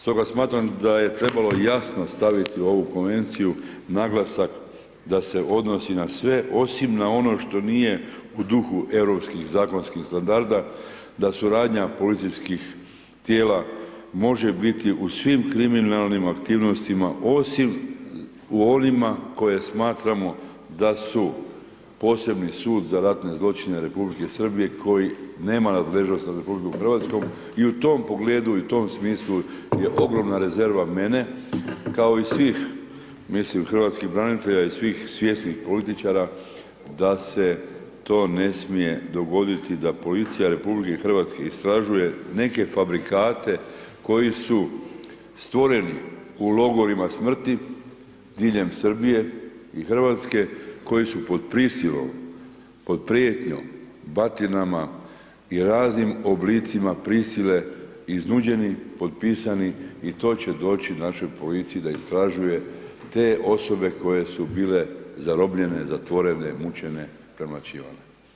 Stoga smatram da je trebalo jasno staviti u ovu Konvenciju naglasak da se odnosi na sve osim na ono što nije u duhu europskih zakonskih standarda da suradnja policijskih tijela može biti u svim kriminalnim aktivnostima, osim u onima koje smatramo da su posebni sud za ratne zločine Republike Srbije koji nema nadležnost nad RH i u tom pogledu i u tom smislu je ogromna rezerva mene, kao i svih, mislim, hrvatskih branitelja i svih svjesnih političara da se to ne smije dogoditi da policija RH istražuje neke fabrikate koji su stvoreni u logorima smrti diljem Srbije i RH, koji su pod prisilom, pod prijetnjom batinama i raznim oblicima prisile, iznuđeni, potpisani i to će doći našoj policiji da istražuje te osobe koje su bile zarobljene, zatvorene, mučene, premlaćivane.